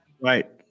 Right